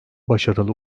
başarılı